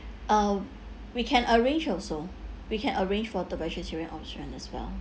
uh we can arrange also we can arrange for the vegetarian option as well